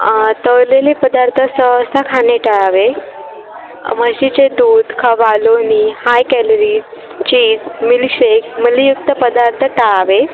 तळलेले पदार्थ सहसा खाणे टाळावे म्हशीचे दूध खवा लोणी हाय कॅलरी चीज मिलशेक मलईयुक्त पदार्थ टाळावे